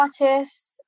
artists